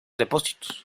depósitos